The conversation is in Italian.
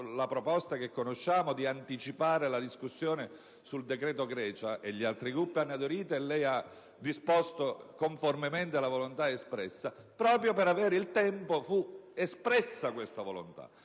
la proposta di anticipare la discussione sul decreto Grecia, gli altri Gruppi hanno aderito, e lei ha disposto conformemente alla volontà espressa, proprio per avere il tempo - fu espressa tale volontà